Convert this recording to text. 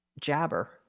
jabber